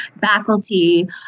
faculty